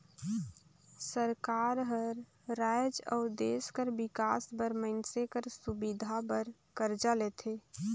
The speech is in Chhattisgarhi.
सरकार हर राएज अउ देस कर बिकास बर मइनसे कर सुबिधा बर करजा लेथे